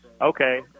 okay